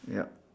yup